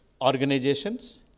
organizations